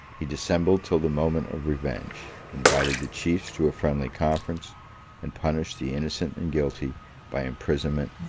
he dissembled till the moment of revenge invited the chiefs to a friendly conference and punished the innocent and guilty by imprisonment,